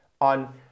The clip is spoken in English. on